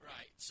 Right